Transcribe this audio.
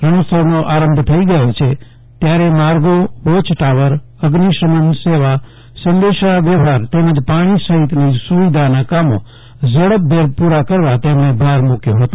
રણીત્સવનો આરંભ થઇ ગયો છે ત્યારે માર્ગો વોચ ટાવર અઝિ શમન સેવા સંદેશા વ્યવહાર તેમજ પાણી સહિતની સુવિધાના કામો ઝડપભેર પૂ રા કરવા તેમણે ભાર મૂ ક્વો હતો